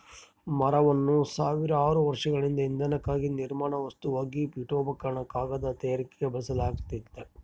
ಮರವನ್ನು ಸಾವಿರಾರು ವರ್ಷಗಳಿಂದ ಇಂಧನಕ್ಕಾಗಿ ನಿರ್ಮಾಣ ವಸ್ತುವಾಗಿ ಪೀಠೋಪಕರಣ ಕಾಗದ ತಯಾರಿಕೆಗೆ ಬಳಸಲಾಗ್ತತೆ